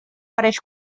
pareix